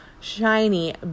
shiny